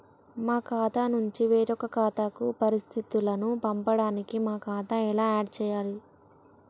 మా ఖాతా నుంచి వేరొక ఖాతాకు పరిస్థితులను పంపడానికి మా ఖాతా ఎలా ఆడ్ చేయాలి?